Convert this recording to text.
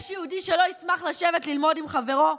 יש יהודי שלא ישמח לשבת ללמוד עם חברו?